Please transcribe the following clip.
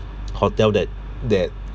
hotel that that